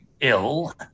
ill